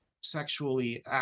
sexually